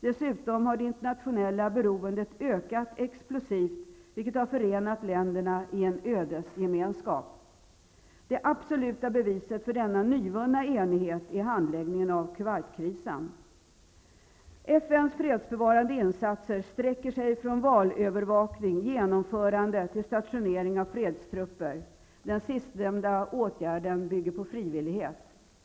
Dessutom har det internationella beroendet ökat explosivt, vilket har förenat länderna i en ödesgemenskap. Det absoluta beviset för denna nyvunna enighet är handläggningen av Kuwait-krisen. FN:s fredsbevarande insatser sträcker sig från valövervakning, genomförande, till stationering av fredstrupper. Den sistnämnda åtgärden bygger på frivillighet.